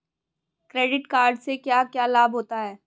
Credit card से क्या क्या लाभ होता है?